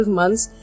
months